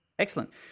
Excellent